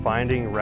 Finding